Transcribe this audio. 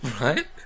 Right